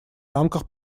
рамках